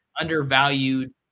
undervalued